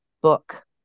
book